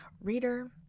Reader